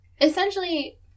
essentially